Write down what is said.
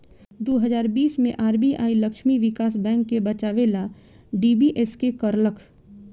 दू हज़ार बीस मे आर.बी.आई लक्ष्मी विकास बैंक के बचावे ला डी.बी.एस.के करलख